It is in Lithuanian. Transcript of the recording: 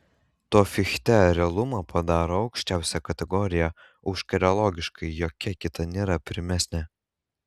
tuo fichte realumą padaro aukščiausia kategorija už kurią logiškai jokia kita nėra pirmesnė